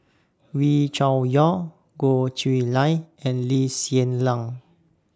Wee Cho Yaw Goh Chiew Lye and Lee Hsien Yang